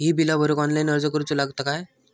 ही बीला भरूक ऑनलाइन अर्ज करूचो लागत काय?